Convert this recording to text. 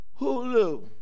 Hulu